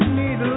need